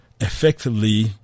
effectively